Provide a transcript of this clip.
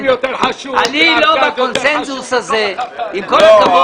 אני לא בקונצנזוס הזה, עם כל הכבוד.